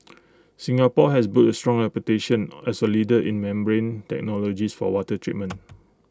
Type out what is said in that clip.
Singapore has built strong reputation as A leader in membrane technologies for water treatment